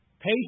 Pay